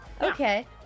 Okay